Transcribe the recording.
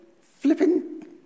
flipping